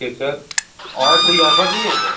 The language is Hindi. ओके सर और कोई ऑफर नहीं है सर